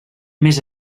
més